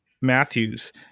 Matthews